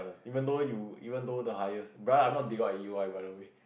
even though you even though the highest but I'm not divide you ah by the way